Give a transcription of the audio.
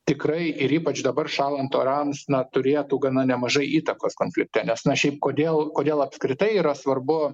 tikrai ir ypač dabar šąlant orams na turėtų gana nemažai įtakos konflikte nes na šiaip kodėl kodėl apskritai yra svarbu